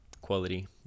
quality